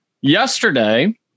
yesterday